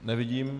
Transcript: Nevidím.